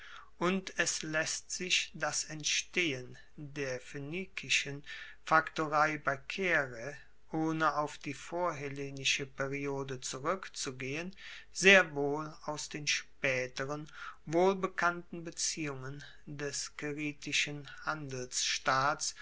und es laesst sich das entstehen der phoenikischen faktorei bei caere ohne auf die vorhellenische periode zurueckzugehen sehr wohl aus den spaeteren wohlbekannten beziehungen des caeritischen handelsstaats